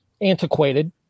Antiquated